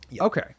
Okay